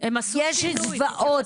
יש זוועות,